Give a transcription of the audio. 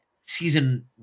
season